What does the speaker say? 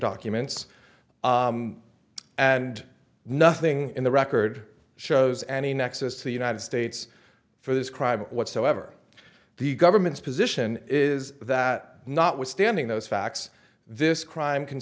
documents and nothing in the record shows any nexus to the united states for this crime whatsoever the government's position is that notwithstanding those facts this crime can